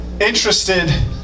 interested